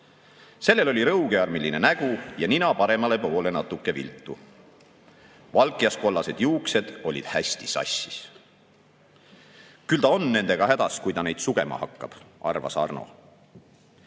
Sellel oli rõugearmiline nägu ja nina paremale poole natuke viltu. Valkjaskollased juuksed olid hästi sassis."Küll ta on nendega hädas, kui ta neid sugema hakkab," arvas